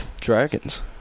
Dragons